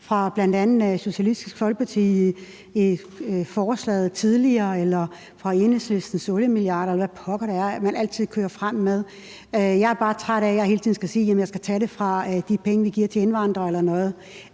i bl.a. Socialistisk Folkepartis forslag, som vi behandlede tidligere, eller når der er tale om Enhedslistens oliemilliarder, eller hvad pokker det er, man altid kører frem med. Jeg er bare træt af, at jeg hele tiden skal sige, at det skal tages fra de penge, vi giver til indvandrere eller noget